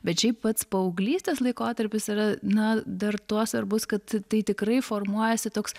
bet šiaip pats paauglystės laikotarpis yra na dar tuo svarbus kad tai tikrai formuojasi toks